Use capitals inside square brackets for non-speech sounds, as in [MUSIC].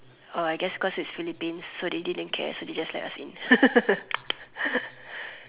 oh I guess cause it's Philippines so they didn't care so they just let us [LAUGHS]